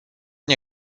nie